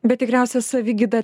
bet tikriausia savigyda